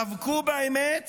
דבקו באמת